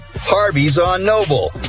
Harvey's-On-Noble